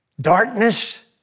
Darkness